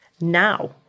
Now